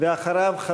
ואחריו,